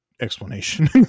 explanation